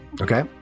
Okay